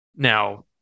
Now